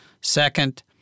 Second